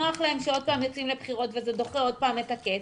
נוח להם שעוד פעם יוצאים לבחירות וזה דוחה עוד פעם את הקץ.